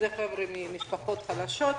אלה חבר'ה ממשפחות חלשות,